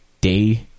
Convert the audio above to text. day